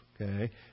Okay